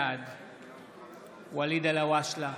בעד ואליד אלהואשלה,